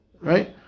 Right